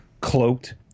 cloaked